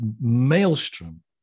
maelstrom